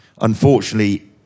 Unfortunately